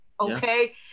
Okay